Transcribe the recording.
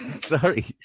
sorry